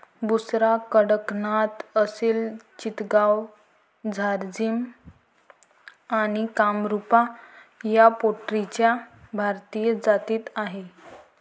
बुसरा, कडकनाथ, असिल चितगाव, झारसिम आणि कामरूपा या पोल्ट्रीच्या भारतीय जाती आहेत